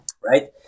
right